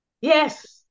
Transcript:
Yes